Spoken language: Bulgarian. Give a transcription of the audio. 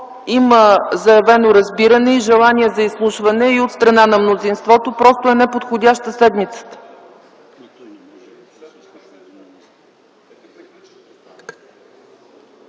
има заявено разбиране и желание за изслушване и от страна на мнозинството. Просто седмицата